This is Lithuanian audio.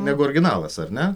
negu originalas ar ne